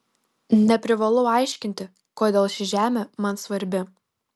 neprivalau aiškinti kodėl ši žemė man svarbi